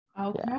okay